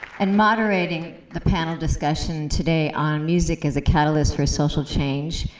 and moderateing the panel discussion today on music as a catalyst for social change